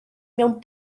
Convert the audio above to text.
mewn